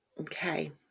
Okay